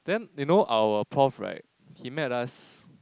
then you know our prof he met us